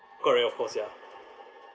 correct of course ya